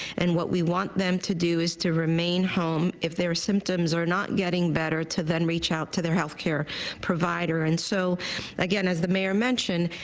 and what we want them to do is remain home. if there symptoms are not getting better to then reach out to their healthcare provider. and so again as the mayor mentioned,